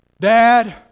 Dad